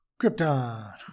Krypton